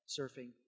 surfing